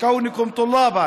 לאומי בהיותכם סטודנטים.)